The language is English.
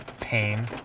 pain